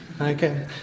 Okay